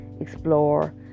explore